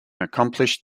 accomplished